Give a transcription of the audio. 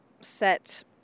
set